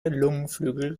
lungenflügel